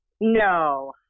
no